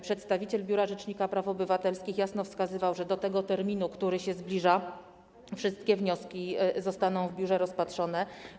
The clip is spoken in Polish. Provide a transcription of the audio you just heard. Przedstawiciel Biura Rzecznika Praw Obywatelskich jasno wskazywał, że do tego terminu, który się zbliża, wszystkie wnioski zostaną w biurze rozpatrzone.